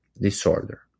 disorder